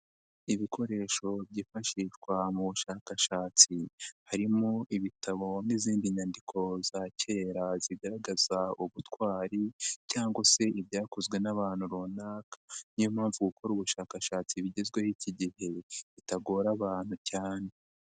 Ibikoresho byifashishwa mu bushakashatsi, harimo ibitabo n'izindi nyandiko za kera zigaragaza ubutwari cyangwa se ibyakozwe n'abantu runaka. Niyo mpamvu gukora ubushakashatsi bigezweho iki gihe bitagora abantu cyane.